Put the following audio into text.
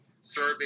survey